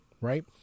right